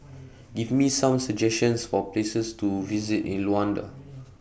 Give Me Some suggestions For Places to visit in Luanda